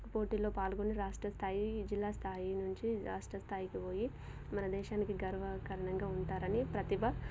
పోటీలో పాల్గొని రాష్ట్ర స్థాయి జిల్లా స్థాయి నుంచి రాష్ట్ర స్థాయికి పోయి మన దేశానికి గర్వకారణంగా ఉంటారని ప్రతిభ